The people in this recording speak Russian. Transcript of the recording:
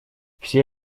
все